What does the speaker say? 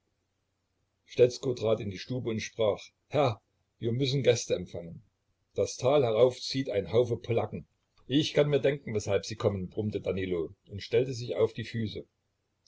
stetzko trat in die stube und sprach herr wir müssen gäste empfangen das tal herauf zieht ein haufe polacken ich kann mir denken weshalb sie kommen brummte danilo und stellte sich auf die füße